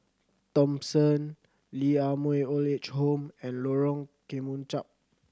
Thomson Lee Ah Mooi Old Age Home and Lorong Kemunchup